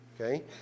Okay